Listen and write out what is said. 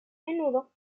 menudo